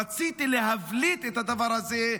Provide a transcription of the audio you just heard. רציתי להבליט את הדבר הזה,